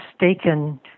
mistaken